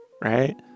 right